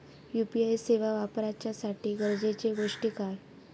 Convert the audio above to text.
UPI सेवा वापराच्यासाठी गरजेचे गोष्टी काय?